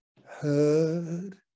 heard